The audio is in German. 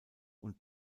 und